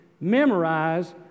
Memorize